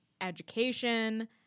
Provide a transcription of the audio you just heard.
education